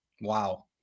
Wow